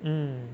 mm